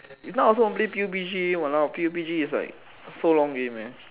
if not I also won't play PUB-G !walao! PUB-G is like so long already eh